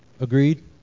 Agreed